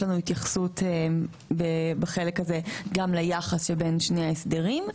יש לנו התייחסות בחלק הזה גם ליחס שבין שני ההסדרים.